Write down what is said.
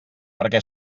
perquè